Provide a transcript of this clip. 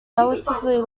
relatively